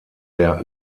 der